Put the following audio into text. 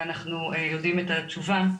ואנחנו יודעים את התשובה.